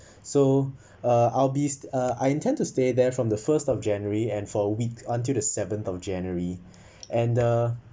so uh I'll be uh I intend to stay there from the first of january and for week until the seventh of january and uh